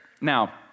now